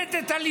מלמדת את הליבה.